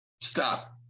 Stop